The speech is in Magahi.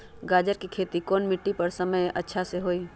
गाजर के खेती कौन मिट्टी पर समय अच्छा से होई?